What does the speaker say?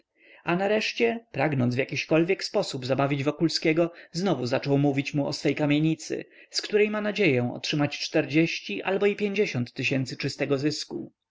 a nareszcie pragnąc w jakiśkolwiek sposób zabawić wokulskiego znowu zaczął mówić mu o swej kamienicy z której ma nadzieję otrzymać czterdzieści albo i pięćdziesiąt tysięcy czystego zysku